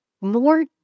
more